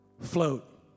float